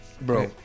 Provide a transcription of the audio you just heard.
Bro